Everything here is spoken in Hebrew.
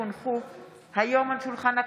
כי הונחו היום על שולחן הכנסת,